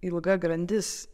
ilga grandis